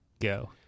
go